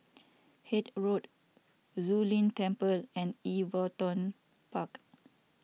Hythe Road Zu Lin Temple and Everton Park